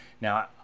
Now